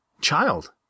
child